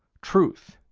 truth,